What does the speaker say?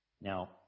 Now